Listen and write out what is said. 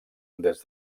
des